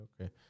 okay